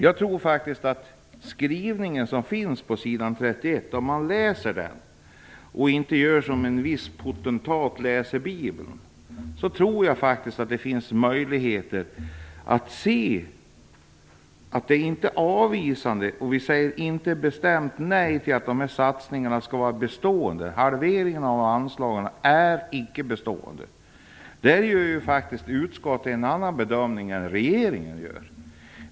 Om man läser den skrivning som finns på s. 31, och inte gör som en viss potentat när han läser bibeln, tror jag faktiskt att det finns möjlighet att se att vi inte är avvisande. Vi säger inte bestämt nej och att dessa satsningar skall vara bestående. Halveringen av anslagen är icke bestående. Där gör utskottet en annan bedömning än den regeringen gör.